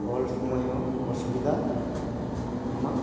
ᱚᱞ ᱥᱳᱢᱳᱭ ᱦᱚᱸ ᱚᱥᱩᱵᱤᱫᱟ ᱟᱢᱟᱜ